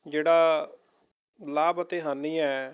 ਜਿਹੜਾ ਲਾਭ ਅਤੇ ਹਾਨੀ ਹੈ